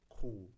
cool